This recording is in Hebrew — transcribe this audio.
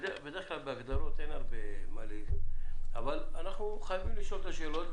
בדרך כלל בהגדרות אין הרבה מה לשאול אבל אנחנו חייבים לשאול את השאלות.